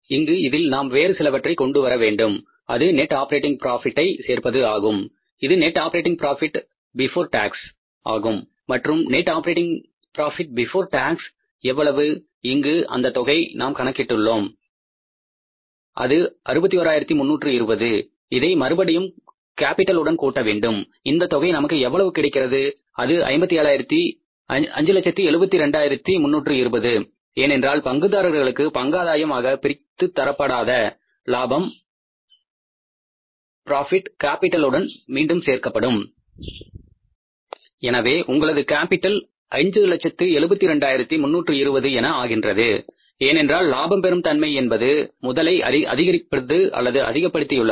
இங்கு இதில் நாம் வேறு சிலவற்றை கொண்டு வர வேண்டும் அது நெட் ஆப்பரேட்டிங் பிராப்பிட்டை சேர்ப்பது ஆகும் இது net operating profit before tax ஆகும் மற்றும் net operating profit before tax எவ்வளவு இங்கு அந்த தொகையை நாம் கணக்கிட்டுள்ளோம் அது 61320 இதை மறுபடியும் கேப்பிடல் உடன் கூட்ட வேண்டும் அந்தத் தொகை நமக்கு எவ்வளவு கிடைக்கின்றது அது 572320 ஏனென்றால் பங்குதாரர்களுக்கு பங்காதாயம் ஆக பிரித்துக் கொடுக்கப்படாத ப்ராபிட் கேபிடல் உடன் மீண்டும் சேர்க்கப்படும் எனவே உங்களது கேப்பிட்டல் 572320 என ஆகின்றது ஏனென்றால் லாபம் பெறும் தன்மை என்பது கேபிடலை அதிகப்படுத்தியுள்ளது